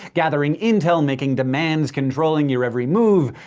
gathering intel, making demands, controlling your every move.